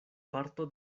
parto